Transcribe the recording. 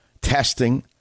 testing